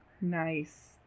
Nice